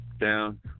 down